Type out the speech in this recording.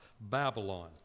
Babylon